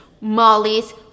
Molly's